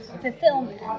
fulfillment